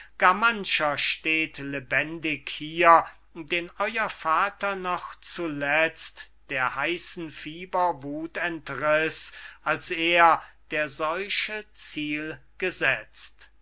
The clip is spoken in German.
mancher steht lebendig hier den euer vater noch zuletzt der heißen fieberwuth entriß als er der seuche ziel gesetzt